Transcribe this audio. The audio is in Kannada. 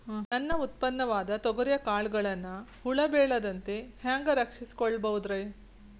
ನನ್ನ ಉತ್ಪನ್ನವಾದ ತೊಗರಿಯ ಕಾಳುಗಳನ್ನ ಹುಳ ಬೇಳದಂತೆ ಹ್ಯಾಂಗ ರಕ್ಷಿಸಿಕೊಳ್ಳಬಹುದರೇ?